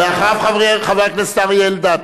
אחריו, חבר הכנסת אריה אלדד.